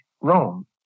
Rome